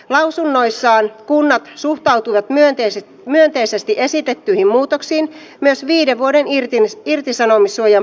lausunnoissaan kunnat suhtautuivat myönteisesti esitettyihin muutoksiin myös viiden vuoden irtisanomissuojan poistamiseen